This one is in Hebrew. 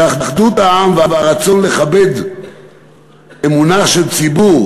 שהאחדות בעם והרצון לכבד אמונה של ציבור